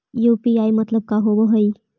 UPI मतलब का होब हइ?